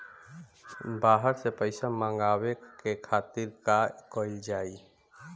बाहर से पइसा मंगावे के खातिर का कइल जाइ?